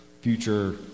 future